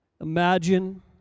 Imagine